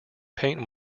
paint